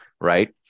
right